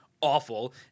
awful